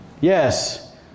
Yes